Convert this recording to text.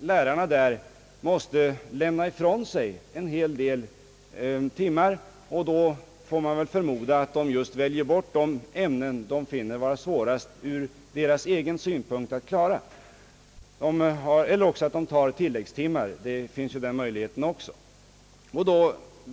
lärarna där måste lämna ifrån sig åtskilliga timmar, och då får man väl förmoda att de just väljer bort de ämnen som de finner vara svårast ur deras egen synpunkt — eller också att de tar tilläggstimmar, en möjlighet som även står till buds.